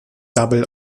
double